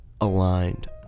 aligned